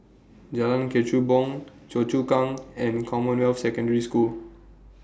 Jalan Kechubong Choa Chu Kang and Commonwealth Secondary School